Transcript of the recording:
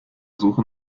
suche